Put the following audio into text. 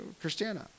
Christiana